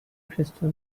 crystal